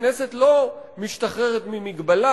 הכנסת לא משתחררת ממגבלה,